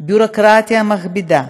ביורוקרטיה מכבידה,